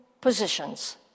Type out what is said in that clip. positions